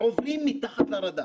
עוברים "מתחת לרדאר"